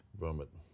Vomit